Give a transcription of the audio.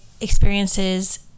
experiences